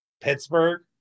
Pittsburgh